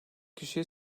kişiye